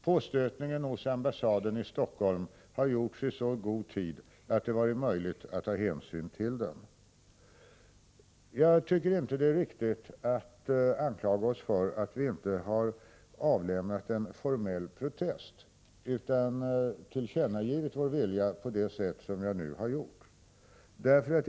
Påstötningen hos ambassaden i Stockholm gjordes i så god tid att det har varit möjligt att ta hänsyn till den. Jag tycker inte att det är riktigt att anklaga oss för att vi inte har avlämnat en formell protest utan tillkännagivit vår vilja på det sätt som vi har gjort.